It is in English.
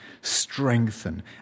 strengthen